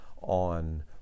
on